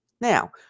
Now